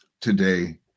today